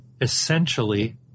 essentially